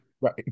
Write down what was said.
Right